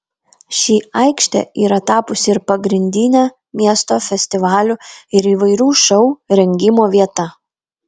ši aikštė yra tapusi ir pagrindine miesto festivalių ir įvairių šou rengimo vieta